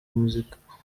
muzika